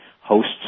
hosts